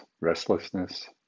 restlessness